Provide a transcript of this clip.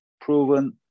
proven